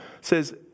says